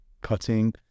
cutting